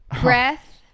Breath